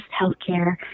healthcare